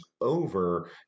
over